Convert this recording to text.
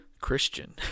Christian